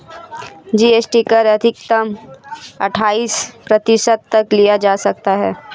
GST कर अधिकतम अठाइस प्रतिशत तक लिया जा सकता है